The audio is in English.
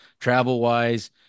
travel-wise